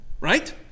Right